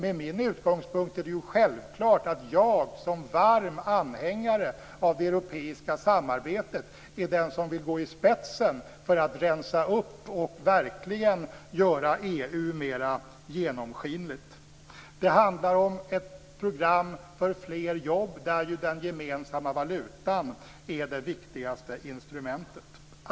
Med min utgångspunkt är det självklart att jag som varm anhängare av det europeiska samarbetet är den som vill gå i spetsen för att rensa upp och verkligen göra EU mera genomskinligt. Det handlar om ett program för fler jobb där den gemensamma valutan är det viktigaste instrumentet.